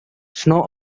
snow